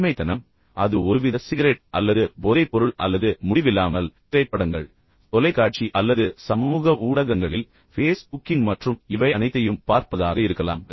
அடிமைத்தனம் அது ஒருவித சிகரெட் அல்லது போதைப்பொருள் அல்லது முடிவில்லாமல் திரைப்படங்கள் தொலைக்காட்சி அல்லது சமூக ஊடகங்களில் ஃபேஸ் புக்கிங் மற்றும் இவை அனைத்தையும் பார்ப்பதாக இருக்கலாம்